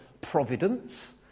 Providence